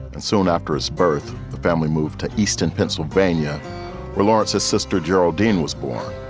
and soon after his birth, the family moved to eastern pennsylvania for lawrence. his sister geraldine was born.